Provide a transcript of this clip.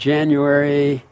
January